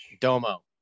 Domo